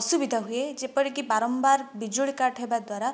ଅସୁବିଧା ହୁଏ ଯେପରିକି ବାରମ୍ବାର ବିଜୁଳି କାଟ୍ ହେବାଦ୍ଵାରା